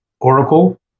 Oracle